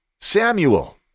Samuel